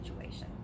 situation